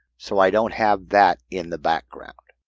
so i don't have that in the background.